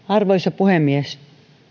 arvoisa puhemies